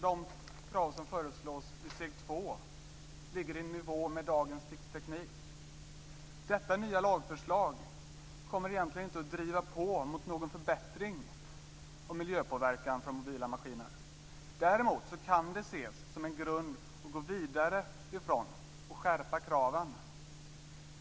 De krav som föreslås i steg 2 ligger i nivå med dagens teknik. Detta nya lagförslag kommer egentligen inte att driva på mot någon förbättring av miljöpåverkan från mobila maskiner. Däremot kan det ses som en grund att gå vidare ifrån för att skärpa kraven.